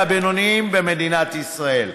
הקטנים, הזעירים והבינוניים במדינת ישראל.